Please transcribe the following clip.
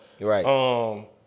Right